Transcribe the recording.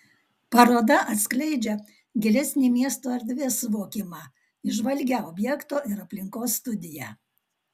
paroda atskleidžia gilesnį miesto erdvės suvokimą įžvalgią objekto ir aplinkos studiją